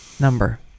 number